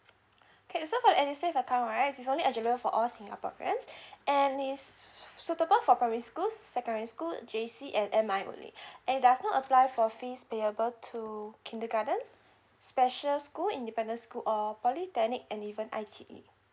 okay so for the edusave account right it's only eligible for all singaporeans and it's suitable for primary school secondary school J_C and only and does not apply for fees payable to kindergarten special school independent school or polytechnic and even I_T_E